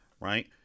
right